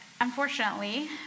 unfortunately